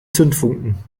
zündfunken